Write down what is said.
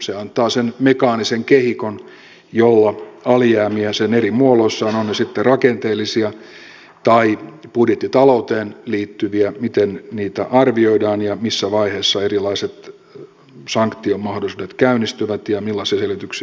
se antaa sen mekaanisen kehikon miten alijäämiä niiden eri muodoissa ovat ne sitten rakenteellisia tai budjettitalouteen liittyviä arvioidaan ja missä vaiheessa erilaiset sanktiomahdollisuudet käynnistyvät ja millaisia selvityksiä joudutaan antamaan